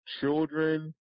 children